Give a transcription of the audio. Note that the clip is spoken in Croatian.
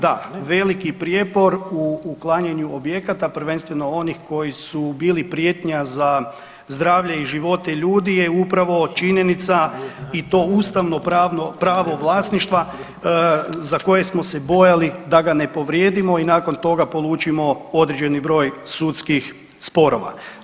Da, veliki prijepor u uklanjanju objekata, prvenstveno onih koji su bili prijetnja za zdravlje i živote ljudi je upravo činjenica i to ustavno pravo vlasništva za koje smo se bojali da ga ne povrijedimo i nakon toga polučimo određeni broj sudskih sporova.